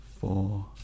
four